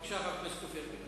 בבקשה, חבר הכנסת אופיר פינס.